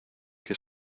que